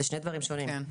אלה שני דברים שונים.